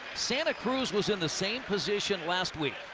santa cruz was in the same position last week.